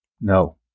No